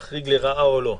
להחריג לרעה או לא.